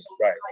Right